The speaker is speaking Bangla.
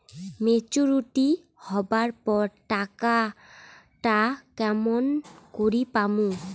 মেচুরিটি হবার পর টাকাটা কেমন করি পামু?